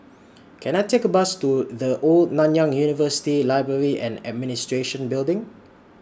Can I Take A Bus to The Old Nanyang University Library and Administration Building